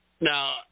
Now